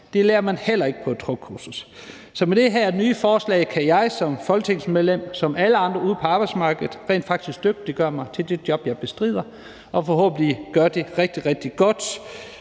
Det lærer man heller ikke på et truckkursus. Så med det her nye forslag kan jeg som folketingsmedlem, som alle andre ude på arbejdsmarkedet, rent faktisk dygtiggøre mig til det job, jeg bestrider, og forhåbentlig gøre det rigtig, rigtig godt